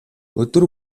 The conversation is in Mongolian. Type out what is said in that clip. өдөр